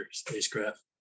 spacecraft